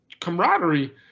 camaraderie